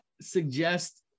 suggest